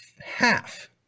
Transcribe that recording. half